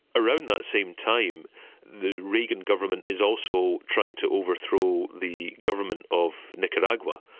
around that same time the reagan government is also trying to overthrow the government of nicaragua.